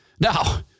Now